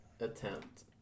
attempt